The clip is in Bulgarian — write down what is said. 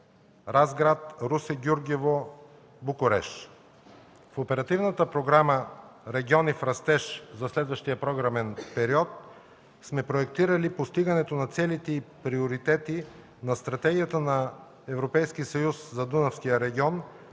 Разград–Русе–Гюргево –Букурещ. По Оперативната програма „Региони в растеж” за следващия програмен период сме проектирали постигането на целите и приоритетите на Стратегията на Европейския съюз за Дунавския регион